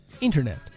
internet